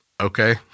Okay